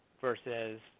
versus